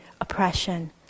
oppression